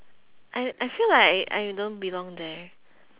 I I feel like I don't belong there